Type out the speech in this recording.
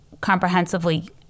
comprehensively